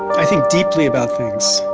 i think deeply about things,